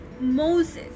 Moses